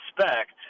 respect